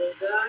God